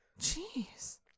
Jeez